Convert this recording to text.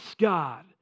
God